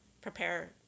prepare